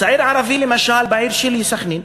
צעיר ערבי, למשל בעיר שלי, סח'נין,